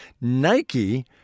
Nike